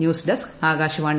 news desk Akashvani